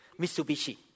Mitsubishi